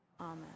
Amen